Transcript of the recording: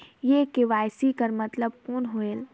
ये के.वाई.सी कर मतलब कौन होएल?